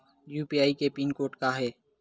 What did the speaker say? UPI के PIN code का हे?